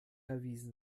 erwiesen